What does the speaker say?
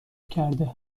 کرده